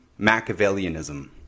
Machiavellianism